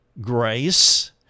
grace